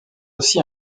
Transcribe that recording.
aussi